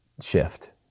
shift